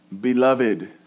Beloved